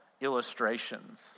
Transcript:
illustrations